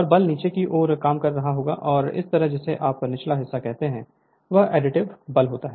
और बल नीचे की ओर काम कर रहा होगा और इस तरफ जिसे आप निचला हिस्सा कहते हैं वह एडिटिव बल होगा